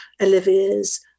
Olivia's